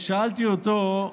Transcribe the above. שאלתי אותו: